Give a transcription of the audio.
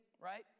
right